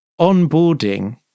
onboarding